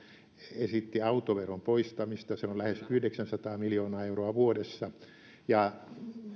esitti autoveron poistamista se on lähes yhdeksänsataa miljoonaa euroa vuodessa ja